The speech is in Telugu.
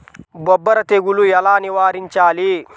బొబ్బర తెగులు ఎలా నివారించాలి?